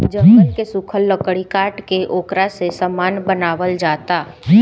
जंगल के सुखल लकड़ी काट के ओकरा से सामान बनावल जाता